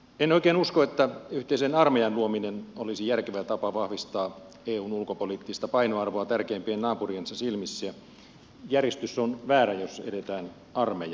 en oikein usko että yhteisen armeijan luominen olisi järkevä tapa vahvistaa eun ulkopoliittista painoarvoa tärkeimpien naapuriensa silmissä ja järjestys on väärä jos edetään armeija kärkenä